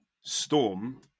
storm